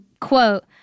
quote